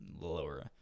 lower